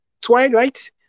twilight